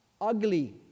Ugly